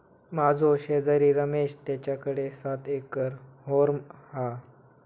माझो शेजारी रमेश तेच्याकडे सात एकर हॉर्म हा